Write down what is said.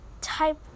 type